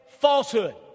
falsehood